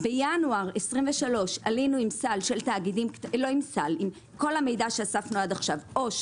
בינואר 23' עלינו עם כל המידע שאספנו עד כה עו"ש,